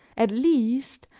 at least,